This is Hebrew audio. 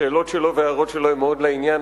השאלות וההערות שלו הן מאוד לעניין,